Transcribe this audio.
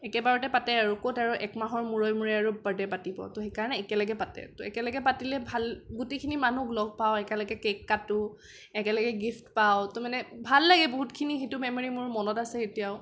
একেবাৰতে পাতে আৰু ক'ত আৰু একমাহৰ মূৰে মূৰে আৰু বাৰ্থডে পাতিব ত' সেইকাৰণে একেলগে পাতে ত' একেলগে পাতিলে ভাল গোটেইখিনি মানুহ লগ পাওঁ একেলগে কেক কাঁটো একেলগে গিফ্ট পাওঁ ত' মানে ভাল লাগে বহুতখিনি সেইটো মেম'ৰি মোৰ মনত আছে এতিয়াও